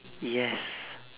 yes